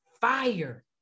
fire